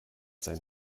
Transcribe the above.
sein